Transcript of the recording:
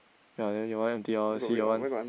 ya your one empty I want to see your one